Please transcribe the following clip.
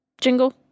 jingle